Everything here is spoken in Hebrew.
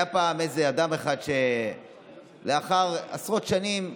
היה פעם אדם אחד שלאחר עשרות שנים התגרש,